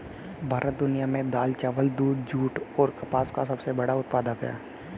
भारत दुनिया में दाल, चावल, दूध, जूट और कपास का सबसे बड़ा उत्पादक है